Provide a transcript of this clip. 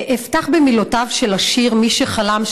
אפתח במילות השיר "מי שחלם",